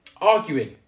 arguing